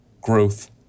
growth